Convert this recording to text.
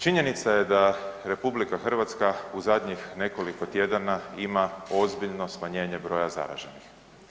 Činjenica je da RH u zadnjih nekoliko tjedana ima ozbiljno smanjenje broja zaraženih.